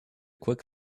quick